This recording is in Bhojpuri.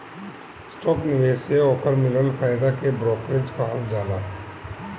स्टाक निवेश से ओकर मिलल फायदा के ब्रोकरेज कहल जाला